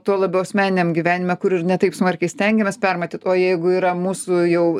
tuo labiau asmeniniam gyvenime kur ir ne taip smarkiai stengiamės permatyt jeigu yra mūsų jau